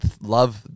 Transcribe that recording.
love